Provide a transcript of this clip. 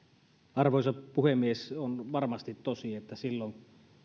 arvoisa puhemies on varmasti tosi että